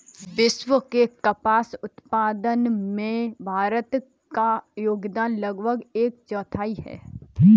विश्व के कपास उत्पादन में भारत का योगदान लगभग एक चौथाई है